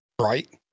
Right